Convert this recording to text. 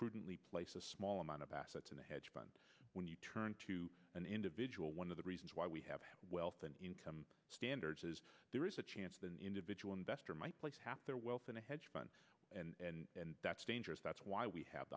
prudently place a small amount of assets in the hedge fund when you turn to an individual one of the reasons why we have wealth and income standard says there is a chance the individual investor might place half their wealth in a hedge fund and that's dangerous that's why we have